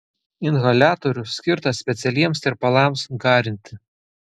inhaliatorius skirtas specialiems tirpalams garinti